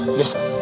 listen